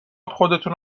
خودتونو